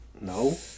No